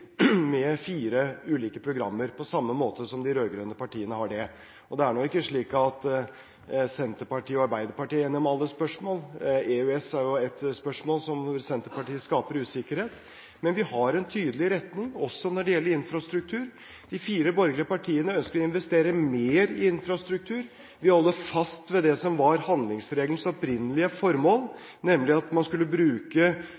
med fire ulike programmer, på samme måte som de rød-grønne partiene er det. Det er nå ikke slik at Senterpartiet og Arbeiderpartiet er enige om alle spørsmål, EØS er et spørsmål hvor Senterpartiet skaper usikkerhet. Men vi har en tydelig retning, også når det gjelder infrastruktur. De fire borgerlige partiene ønsker å investere mer i infrastruktur, vi holder fast ved det som var handlingsregelens opprinnelige